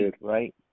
right